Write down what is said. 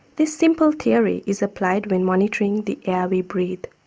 this simple theory is applied when monitoring the air we breathe.